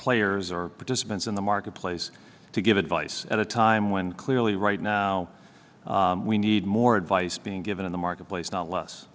players or participants in the marketplace to give advice at a time when clearly right now we need more advice being given in the marketplace not less